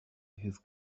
his